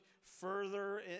further